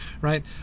right